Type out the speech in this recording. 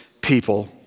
people